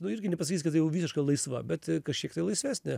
nu irgi nepasakysi kad jau visiška laisva bet kažkiek tai laisvesnė